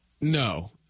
No